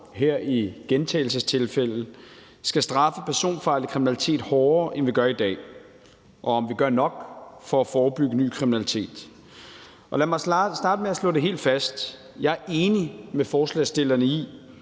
her: i gentagelsestilfælde – skal straffe personfarlig kriminalitet hårdere, end vi gør i dag, og om vi gør nok for at forebygge ny kriminalitet. Lad mig starte med at slå det helt fast: Jeg er enig med forslagsstillerne i,